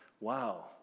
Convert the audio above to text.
Wow